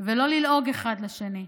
ולא ללעוג אחד לשני.